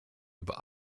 über